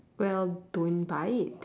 well don't buy it